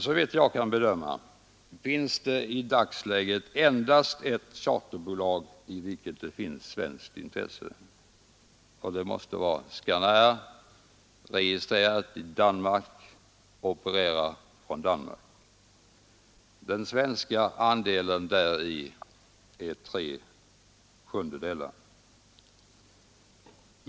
Såvitt jag kan bedöma är det i dagsläget endast ett charterbolag i vilket det finns svenskt intresse, och det måste vara Scanair, som är registrerat i Danmark och opererar från Danmark. Den svenska andelen däri är tre sjundedelar.